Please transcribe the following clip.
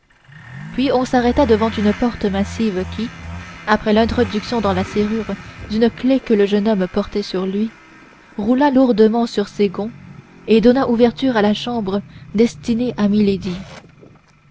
puis on s'arrêta devant une porte massive qui après l'introduction dans la serrure d'une clef que le jeune homme portait sur lui roula lourdement sur ses gonds et donna ouverture à la chambre destinée à milady